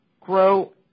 grow